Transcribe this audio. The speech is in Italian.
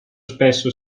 spesso